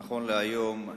נכון להיום,